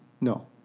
No